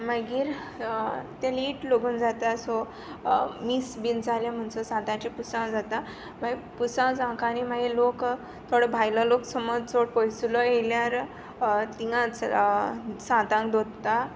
मागीर तें लेट लोगू जाता सो मीस बी जालें म्होणटोच साताचें पुरसांव जाता मागी पुरसांव जावंक लोक थोडो भायलो लोक सोमोज चड पयसुल्लो येयल्यार थिंगांच सातांक धोत्ता